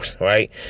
right